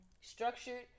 structured